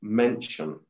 mention